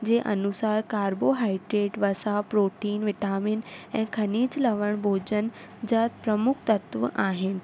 जे अनुसार कार्बोहाइड्रेट वसा protein vitamin ऐं खनीज लवण भोजन जा प्रमुख तत्व आहिनि